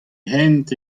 hent